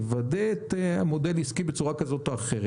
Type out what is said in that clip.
לוודא את המודל העסקי בצורה כזאת או אחרת.